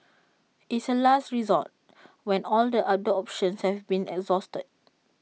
it's A last resort when all other options have been exhausted